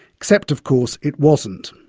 except of course it wasn't.